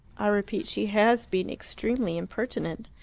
i repeat, she has been extremely impertinent.